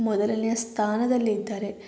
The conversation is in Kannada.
ಮೊದಲನೆಯ ಸ್ಥಾನದಲ್ಲಿದ್ದಾರೆ